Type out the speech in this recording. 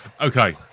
Okay